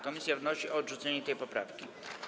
Komisja wnosi o odrzucenie tej poprawki.